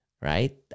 right